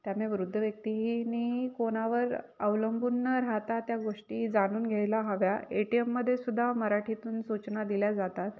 त्यामुळे वृद्ध व्यक्तींनी कोणावर अवलंबून न राहता त्या गोष्टी जाणून घ्यायला हव्या ए टी एममध्ये सुद्धा मराठीतून सूचना दिल्या जातात